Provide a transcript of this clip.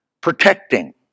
protecting